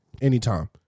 anytime